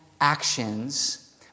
actions